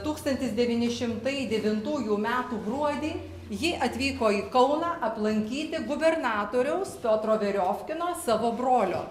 tūkstantis devyni šimtai devintųjų metų gruodį ji atvyko į kauną aplankyti gubernatoriaus piotro veriofkino savo brolio